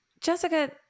Jessica